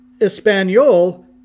Espanol